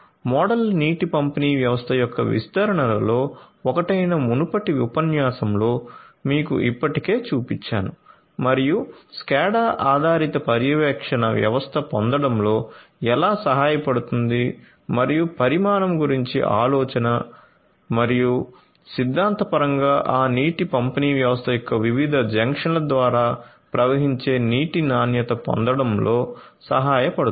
model నీటి పంపిణీ వ్యవస్థ యొక్క విస్తరణలలో ఒకటైన మునుపటి ఉపన్యాసంలో మీకు ఇప్పటికే చూపించాను మరియు SCADA ఆధారిత పర్యవేక్షణ వ్యవస్థ పొందడంలో ఎలా సహాయపడుతుంది మరియు పరిమాణం గురించి ఆలోచన మరియు సిద్ధాంతపరంగా ఆ నీటి పంపిణీ వ్యవస్థ యొక్క వివిధ జంక్షన్ల ద్వారా ప్రవహించే నీటి నాణ్యత పొందడంలో సహాయపడుతుంది